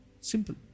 Simple